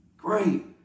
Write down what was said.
Great